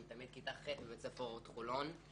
אני תלמיד כיתה ח' בבית ספר אורט חולון.